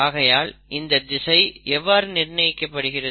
ஆகையால் இந்த திசை எவ்வாறு நிர்ணயிக்கப்படுகிறது